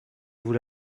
vous